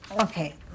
Okay